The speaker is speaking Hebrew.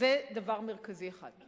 זה דבר מרכזי אחד.